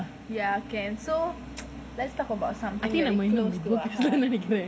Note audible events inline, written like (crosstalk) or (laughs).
I think like my nose is blocked (laughs) நெனைக்கிறேன்:nenaikiraen